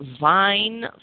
vine